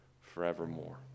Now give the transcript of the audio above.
forevermore